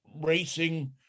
racing